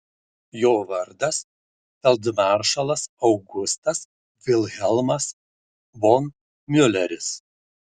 jo vardas feldmaršalas augustas vilhelmas von miuleris